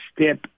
step